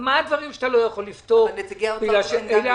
מה הדברים שאתה לא יכול לפתור בגלל --- גם